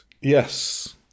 yes